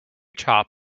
top